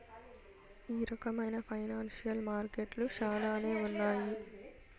ఈ రకమైన ఫైనాన్సియల్ మార్కెట్లు శ్యానానే ఉన్నాయి